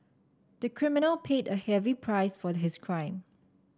the criminal paid a heavy price for his crime